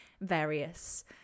various